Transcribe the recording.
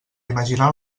imaginar